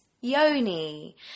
yoni